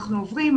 אנחנו עוברים,